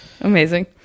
Amazing